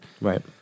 Right